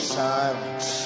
silence